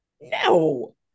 No